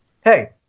Hey